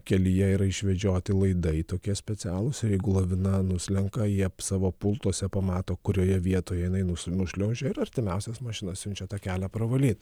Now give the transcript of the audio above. kelyje yra išvedžioti laidai tokie specialūs ir jeigu lavina nuslenka jie savo pultuose pamato kurioje vietoje jinai nus nušliaužė ir artimiausias mašinas siunčia tą kelią pravalyt